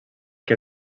que